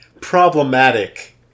problematic